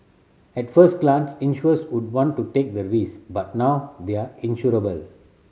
at first glance insurers wouldn't want to take the risk but now they are insurable